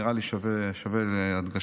נראה לי שווה הדגשה,